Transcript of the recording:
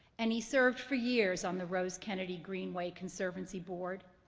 and he served for years on the rose kennedy greenway conservancy board.